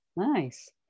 Nice